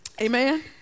Amen